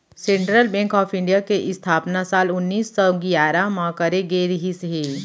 central bank of India के इस्थापना साल उन्नीस सौ गियारह म करे गे रिहिस हे